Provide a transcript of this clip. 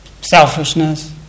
selfishness